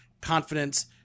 confidence